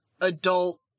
adult